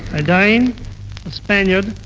a dane, a spaniard,